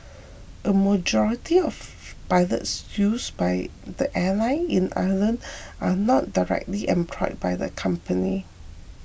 a majority of by this used by the airline in Ireland are not directly employed by the company